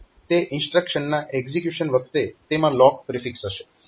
તો તે ઇન્સ્ટ્રક્શનના એક્ઝીક્યુશન વખતે તેમાં લોક પ્રિફિક્સ હશે